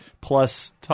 plus